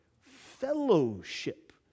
fellowship